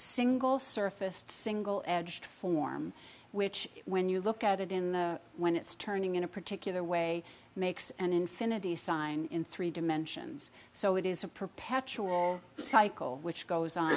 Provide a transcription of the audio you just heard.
single surfaced single edged form which when you look at it in when it's turning in a particular way makes an infinity sign in three dimensions so it is a perpetual cycle which goes on